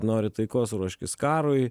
nori taikos ruoškis karui